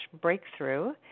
breakthrough